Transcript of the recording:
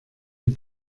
die